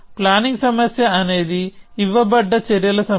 planning సమస్య అనేది ఇవ్వబడ్డ చర్యల సమితి